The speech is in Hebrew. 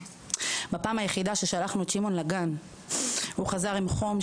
בפעם היחידה ששלחנו אותו לגן הוא חזר עם חום,